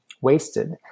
wasted